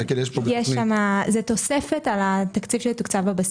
זאת תוספת על התקציב שיתוקצב בבסיס.